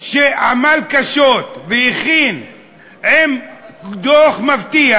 שעמל קשות והכין דוח מבטיח,